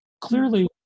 clearly